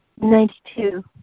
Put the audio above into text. Ninety-two